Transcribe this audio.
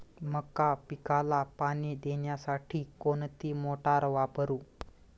मका पिकाला पाणी देण्यासाठी कोणती मोटार वापरू?